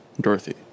Dorothy